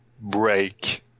break